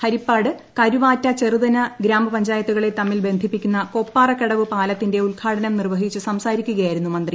ഹരിപ്പാട് കരുവാറ്റ ചെറുതന ഗ്രാമപഞ്ചായത്തുകളെ തമ്മിൽ ബന്ധിപ്പിക്കുന്ന കൊപ്പാറക്കടവ് പാലത്തിന്റെ ഉദ്ഘാടനം നിർവ്വഹിച്ചു സംസാരിക്കുകയായിരുന്നു മന്ത്രി